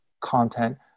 content